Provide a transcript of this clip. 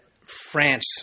France